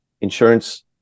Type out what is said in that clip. insurance